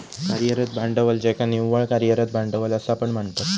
कार्यरत भांडवल ज्याका निव्वळ कार्यरत भांडवल असा पण म्हणतत